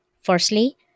Firstly